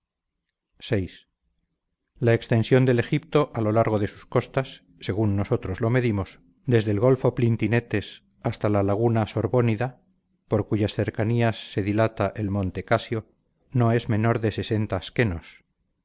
vi la extensión del egipto a lo largo de sus costas según nosotros lo medimos desde el golfo plintinetes hasta la laguna sorbónida por cuyas cercanías se dilata el monte casio no es menor de schenos uso